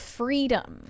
freedom